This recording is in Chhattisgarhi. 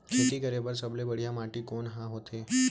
खेती करे बर सबले बढ़िया माटी कोन हा होथे?